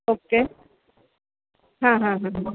okay हां हां हां